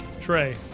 Trey